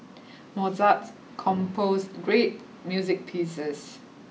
Mozart composed great music pieces